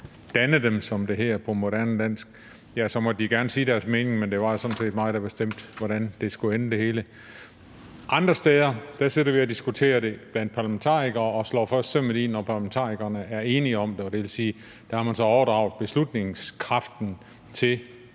danne dem, som det hedder på moderne dansk: Så måtte de gerne sige deres mening, men det var jo sådan set mig, der bestemte, hvordan det hele skulle ende. Andre steder sidder vi og diskuterer det blandt parlamentarikere og slår først sømmet i, når parlamentarikerne er enige om det. Det vil så sige, at man har overdraget beslutningskraften til